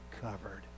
covered